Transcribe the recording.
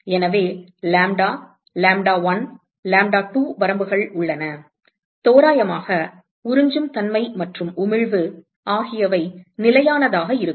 எனவே லாம்ப்டா லாம்ப்டா1 லாம்ப்டா2 வரம்புகள் உள்ளன தோராயமாக உறிஞ்சும் தன்மை மற்றும் உமிழ்வு ஆகியவை நிலையானதாக இருக்கும்